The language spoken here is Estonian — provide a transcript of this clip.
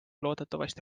loodetavasti